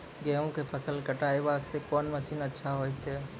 गेहूँ के फसल कटाई वास्ते कोंन मसीन अच्छा होइतै?